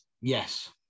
Yes